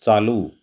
चालू